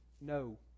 No